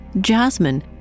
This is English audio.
Jasmine